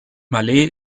malé